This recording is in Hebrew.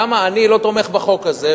למה אני לא תומך בחוק הזה,